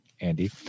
Andy